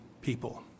people